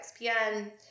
XPN